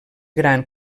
gran